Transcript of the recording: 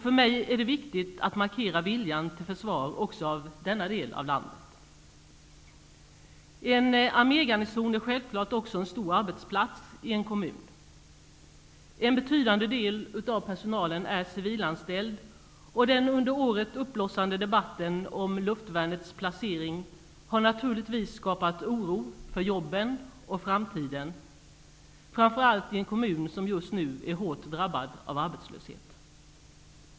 För mig är det viktigt att markera viljan till försvar också av denna del av landet. En armégarnison är självklart även en stor arbetsplats i en kommun. En betydande del av personalen är civilanställd. Den under året uppblossande debatten om luftvärnets placering har naturligtvis skapat oro för jobben och framtiden, framför allt i en kommun som just nu är hårt drabbad av arbetslöshet.